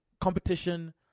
competition